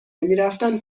نمیرفتن